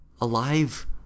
Alive